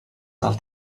del